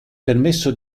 permesso